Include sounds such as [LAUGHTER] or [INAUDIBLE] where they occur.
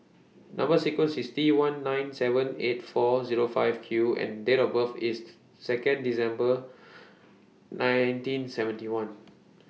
Number sequence IS T one nine seven eight four Zero five Q and Date of birth IS [NOISE] Second December nineteen seventy one